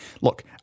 look